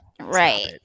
Right